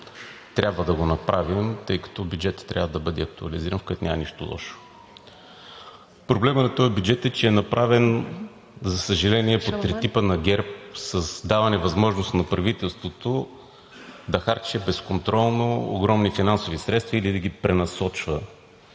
трябва да го направим, тъй като бюджетът трябва да бъде актуализиран, в което няма нищо лошо. Проблемът на този бюджет е, че е направен, за съжаление, по тертипа на ГЕРБ, с даване възможност на правителството да харчи безконтролно огромни финансови средства или да ги пренасочва